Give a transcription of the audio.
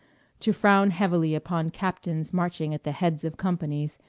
to frown heavily upon captains marching at the heads of companies,